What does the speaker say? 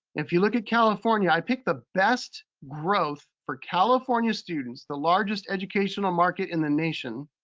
if you look at california, i pick the best growth for california students, the largest educational market in the nation.